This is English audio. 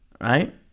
Right